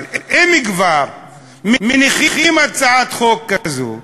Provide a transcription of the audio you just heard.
אבל אם כבר מניחים הצעת חוק כזו,